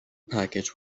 package